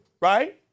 right